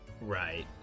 right